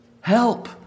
help